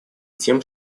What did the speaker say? тем